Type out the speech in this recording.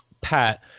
Pat